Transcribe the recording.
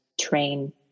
train